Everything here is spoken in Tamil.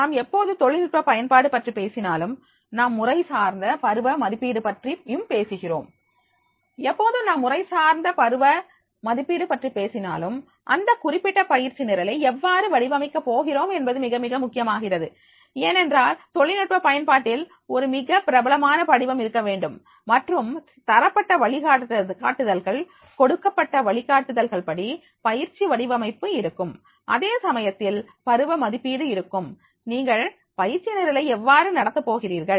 நாம் எப்போது தொழில்நுட்ப பயன்பாடு பற்றி பேசினாலும் நாம் முறைசார்ந்த பருவ மதிப்பீடு பற்றியும் பேசுகிறோம் எப்போது நாம் முறைசார்ந்த பருவ மதிப்பீடு பற்றி பேசினாலும் அந்த குறிப்பிட்ட பயிற்சி நிரலை எவ்வாறு வடிவமைக்க போகிறோம் என்பது மிக மிக முக்கியமாகிறது ஏனென்றால் தொழில்நுட்ப பயன்பாட்டில் ஒரு மிக பலமான படிவம் இருக்க வேண்டும் மற்றும் தரப்பட்ட வழிகாட்டுதல்கள் கொடுக்கப்பட்ட வழிகாட்டுதல்படி பயிற்சி வடிவமைப்பு இருக்கும் அதே சமயத்தில் பருவ மதிப்பீடு இருக்கும் நீங்கள் பயிற்சி நிரலை எவ்வாறு நடத்தப் போகிறீர்கள்